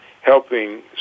helping